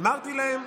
אמרתי להם: